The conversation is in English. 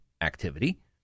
activity